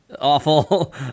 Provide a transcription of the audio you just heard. Awful